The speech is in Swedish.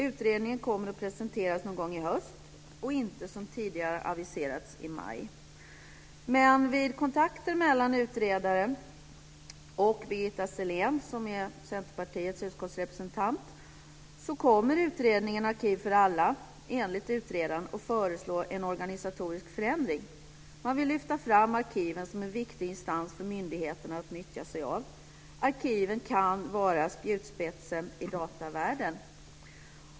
Utredningen kommer att presenteras någon gång i höst och inte som tidigare aviserats i maj. Enligt vad utredaren sagt vid kontakter med Centerpartiets utskottsrepresentant Birgitta Sellén kommer utredningen Arkiv för alla att föreslå en organisatorisk förändring. Man vill lyfta fram arkiven som en viktig instans för myndigheterna att utnyttja sig av. Arkiven kan vara spjutspetsen i datavärlden.